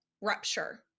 rupture